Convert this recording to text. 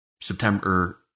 September